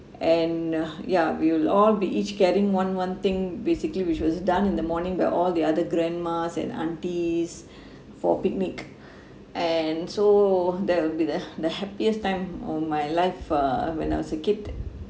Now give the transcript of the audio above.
and uh ya we'll all be each carrying one one thing basically which was done in the morning by all the other grandmas and aunties for picnic and so that will be the the happiest time on my life uh when I was a kid